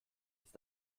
ist